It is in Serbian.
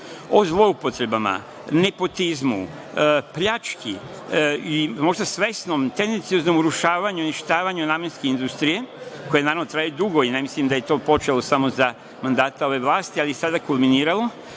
o zloupotrebama, nepotizmu, pljački i možda svesnom, tendencioznom urušavanju, uništavanju namenske industrije, koje naravno traje dugo i ne mislim da je to počelo samo za mandata ove vlasti, ali je sada kulminiralo